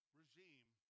regime